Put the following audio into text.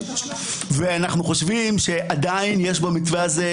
ואנחנו חושבים שעדיין יש במתווה הזה,